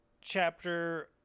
chapter